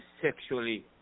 sexually